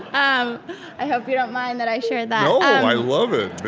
um i hope you don't mind that i shared that no, i love it.